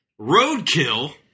Roadkill